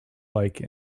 like